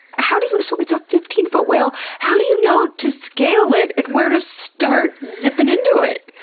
how do you, so, it's a fifteen foot whale. how do you know to scale it, and where to start zipping into it?